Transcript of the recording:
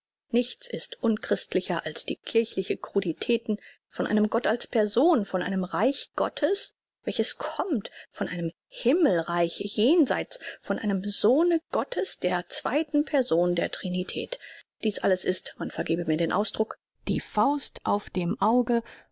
nichts ist unchristlicher als die kirchlichen cruditäten von einem gott als person von einem reich gottes welches kommt von einem himmelreich jenseits von einem sohne gottes der zweiten person der trinität dies alles ist man vergebe mir den ausdruck die faust auf dem auge